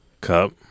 cup